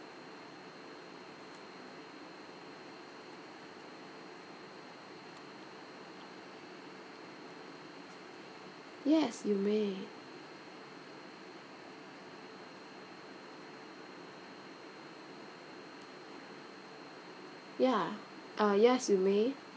yes you may ya ah yes you may